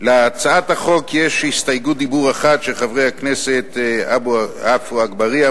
להצעת החוק יש הסתייגות דיבור אחת של חברי הכנסת עפו אגבאריה,